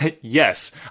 Yes